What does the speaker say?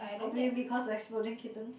probably because of exploding kittens